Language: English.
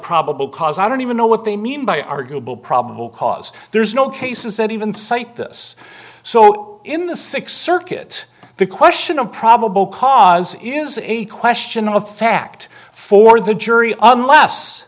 probable cause i don't even know what they mean by arguable probable cause there's no case is that even cite this so in the six circuit the question of probable cause is a question of fact for the jury unless